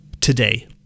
today